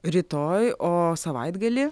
rytoj o savaitgalį